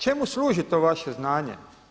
Čemu služi to vaše znanje?